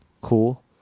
Cool